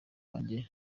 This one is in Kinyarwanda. wanjye